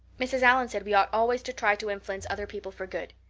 mrs. allan said we ought always to try to influence other people for good.